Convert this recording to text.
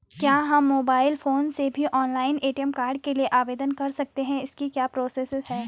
क्या हम mobile phone से भी ऑनलाइन ए.टी.एम कार्ड के लिए आवेदन कर सकते हैं इसकी क्या प्रोसेस है?